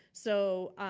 so